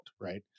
right